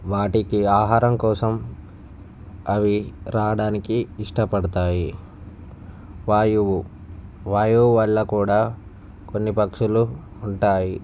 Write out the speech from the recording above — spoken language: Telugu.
వాటికి ఆహారం కోసం అవి రావడానికి ఇష్టపడతాయి వాయువు వాయువు వల్ల కూడా కొన్ని పక్షులు ఉంటాయి